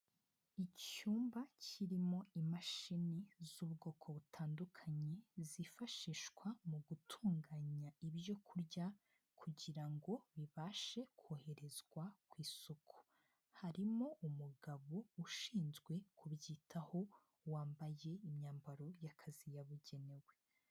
Icyumba kirimo imashini z'ubwoko butandukanye, zifashishwa mu gutunganya ibyo kurya kugira ngo bibashe koherezwa ku isoko, harimo umugabo ushinzwe kubyitaho, wambaye imyambaro y'akazi yabugenewe.